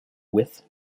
with